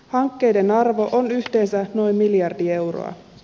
hankkeiden arvo on yhteensä noin miljardi euroa